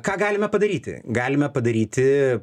ką galime padaryti galime padaryti